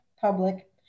public